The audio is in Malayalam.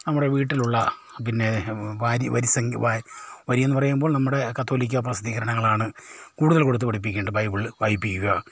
നമ്മുടെ വീട്ടിലുള്ള പിന്നെ വരിയെന്ന് പറയുമ്പോൾ നമ്മുടെ കത്തോലിക്കാ പ്രസിദ്ധീകരണങ്ങളാണ് കൂടുതൽ കൊടുത്ത് പഠിപ്പിക്കേണ്ടത് ബൈബിൾ വായിപ്പിക്കുക